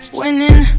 winning